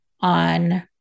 on